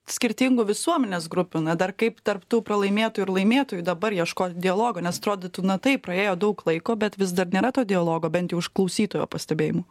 skirtingų visuomenės grupių na dar kaip tarp tų pralaimėtojų ir laimėtojų dabar ieškot dialogo nes atrodytų na taip praėjo daug laiko bet vis dar nėra to dialogo bent jau iš klausytojo pastebėjimų